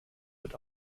wird